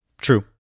True